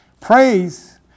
Praise